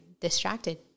distracted